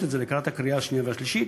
את זה לקראת הקריאה השנייה והשלישית.